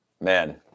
man